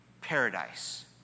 paradise